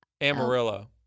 Amarillo